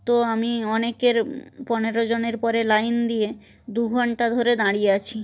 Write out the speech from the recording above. তো আমি অনেকের পনের জনের পরে লাইন দিয়ে দু ঘন্টা ধরে দাঁড়িয়ে আছি